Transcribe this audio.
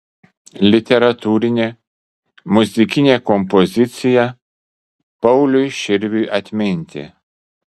literatūrinė muzikinė kompozicija pauliui širviui atminti